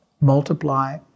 multiply